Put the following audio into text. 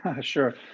sure